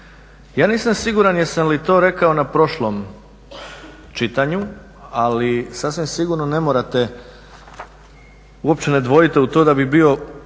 Ja nisam siguran jesam li to rekao na prošlom čitanju, ali sasvim sigurno ne morate uopće ne dvojite u to da bi bio